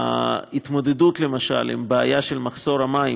למשל ההתמודדות עם בעיה של מחסור המים,